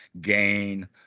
gain